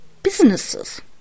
businesses